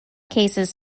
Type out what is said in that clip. cases